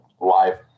live